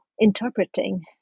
interpreting